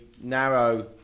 narrow